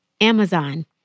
Amazon